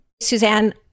Suzanne